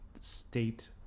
state